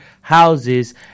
houses